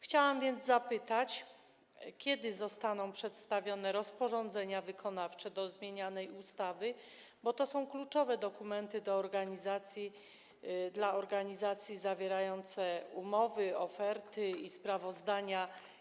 Chciałam więc zapytać, kiedy zostaną przedstawione rozporządzenia wykonawcze do zmienianej ustawy, bo to są kluczowe dokumenty dla organizacji zawierające umowy, oferty i sprawozdania.